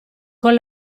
con